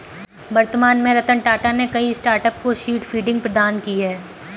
वर्तमान में रतन टाटा ने कई स्टार्टअप को सीड फंडिंग प्रदान की है